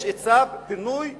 יש צו פינוי ואיטום.